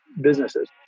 businesses